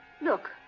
look